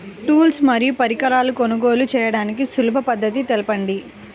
Tools మరియు పరికరాలను కొనుగోలు చేయడానికి సులభ పద్దతి తెలపండి?